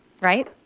Right